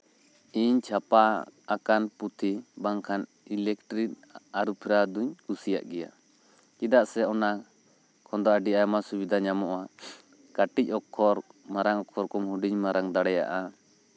ᱤᱧ ᱪᱷᱟᱯᱟ ᱟᱠᱟᱱ ᱯᱩᱛᱷᱤ ᱵᱟᱝᱠᱷᱟᱱ ᱤᱞᱮᱠᱴᱤᱨᱤᱠ ᱟᱹᱨᱩ ᱯᱷᱮᱨᱟᱣ ᱫᱚ ᱠᱩᱥᱤᱭᱟᱜ ᱜᱮᱭᱟ ᱪᱮᱫᱟᱜ ᱥᱮ ᱚᱱᱟ ᱠᱷᱚᱱ ᱫᱚ ᱟᱹᱰᱤ ᱟᱭᱢᱟ ᱥᱩᱵᱤᱫᱷᱟ ᱧᱟᱢᱚᱜᱼᱟ ᱠᱟᱹᱴᱤᱡ ᱚᱠᱠᱷᱚᱨ ᱢᱟᱨᱟᱝ ᱚᱠᱠᱷᱚᱨ ᱠᱚᱢ ᱦᱩᱰᱤᱧ ᱢᱟᱨᱟᱝ ᱫᱟᱲᱮᱭᱟᱜᱼᱟ